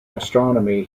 astronomy